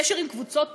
קשר עם קבוצות טרור,